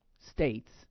states